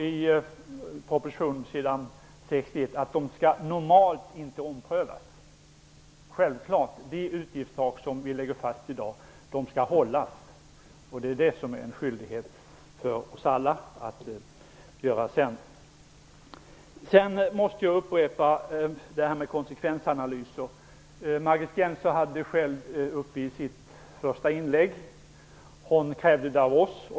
I propositionen på s. 61 står det att de normalt inte skall omprövas. De utgiftstak som vi lägger fast i dag skall självfallet hållas. Det är en skyldighet för oss alla. Sedan måste jag upprepa detta med konsekvensanalyser. Margit Gennser tog själv upp det i sitt första inlägg. Hon krävde det av oss.